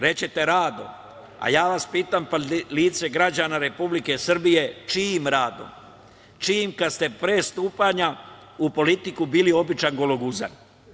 Reći ćete – radom, a ja vas pitam – lice građana Republike Srbije, čijim radom, čijim kada ste pre stupanja u politiku bili običan gologuzan?